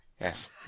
Yes